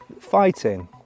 fighting